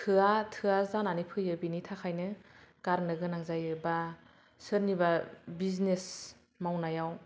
थोआ थोआ जानानै फैयो बेनि थाखायनो गारनो गोनां जायो बा सोरनिबा बिजिनेस मावनायाव